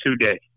today